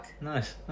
Nice